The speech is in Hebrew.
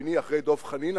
השני אחרי דב חנין,